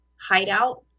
hideout